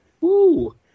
Woo